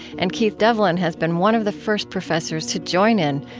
and keith devlin has been one of the first professors to join in,